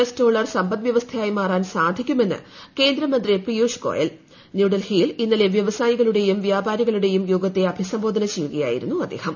S dollar സമ്പദ്വ്യവസ്ഫയായി മാറാൻ സാധിക്കുമെന്ന് കേന്ദ്രമന്ത്രി പിയൂഷ് ഗോയുൽ ക്യൂഡൽഹിയിൽ ഇന്നലെ വ്യവസായികളുടെയും വ്യാപാരികളുടെയുട്ടിക്ട്യാഗത്തെ അഭിസംബോധന ചെയ്യുകയായിരുന്നു അദ്ദേഹം